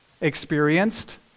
experienced